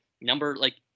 number—like